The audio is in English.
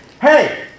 hey